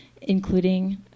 including